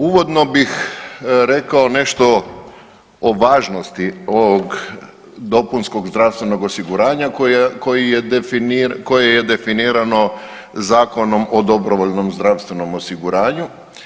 Uvodno bih rekao nešto o važnosti ovog dopunskog zdravstvenog osiguranja koji je, koje je definirano Zakonom o dobrovoljnom zdravstvenom osiguranju.